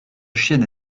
chienne